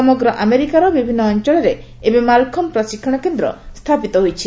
ସମଗ୍ର ଆମେରିକାର ବିଭିନ୍ନ ଅଞ୍ଚଳରେ ଏବେ ମାଲଖମ୍ଭ ପ୍ରଶିକ୍ଷଣ କେନ୍ଦ୍ର ସ୍ଥାପିତ ହୋଇଛି